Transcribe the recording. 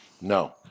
No